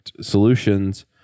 solutions